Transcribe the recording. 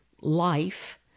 life